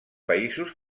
països